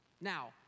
Now